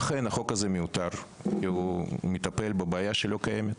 אכן החוק הזה מיותר כי הוא מטפל בבעיה שלא קיימת,